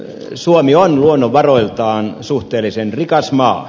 suomi on luonnonvaroiltaan suhteellisen rikas maa